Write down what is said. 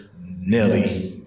Nelly